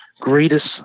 greatest